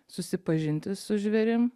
susipažinti su žvėrim